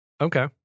Okay